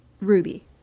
Ruby